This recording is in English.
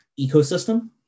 ecosystem